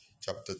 chapter